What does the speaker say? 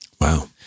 Wow